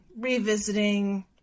revisiting